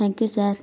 thank you sir